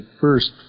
first